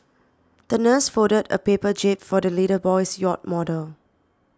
the nurse folded a paper jib for the little boy's yacht model